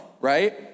right